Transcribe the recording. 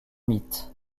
mythes